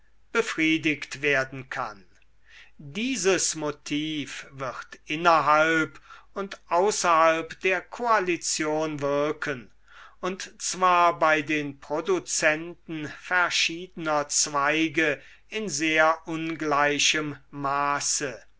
befriedigt werden kann dieses motiv wird innerhalb und außerhalb der koalition wirken und zwar bei den produzenten verschiedener zweige in sehr ungleichem maße